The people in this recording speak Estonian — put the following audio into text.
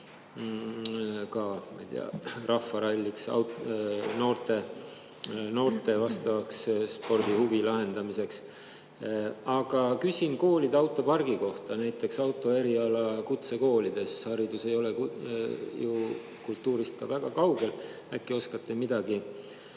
tea, rahvarallile, noorte vastava spordihuvi [rahuldamiseks]? Aga küsin ka koolide autopargi kohta. Näiteks autoeriala kutsekoolides. Haridus ei ole ju kultuurist väga kaugel, äkki oskate midagi